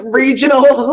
regional